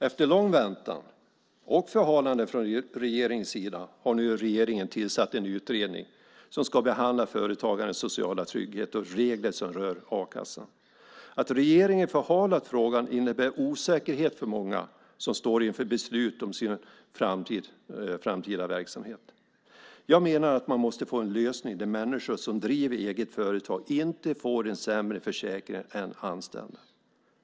Efter lång väntan, och förhalande från regeringens sida, har regeringen nu tillsatt en utredning som ska behandla företagares sociala trygghet och regler som rör a-kassan. Att regeringen förhalat frågan innebär osäkerhet för många som står inför beslut om sin framtida verksamhet. Jag menar att man måste få en lösning där människor som driver eget företag inte får en sämre försäkring än anställda.